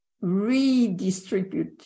redistribute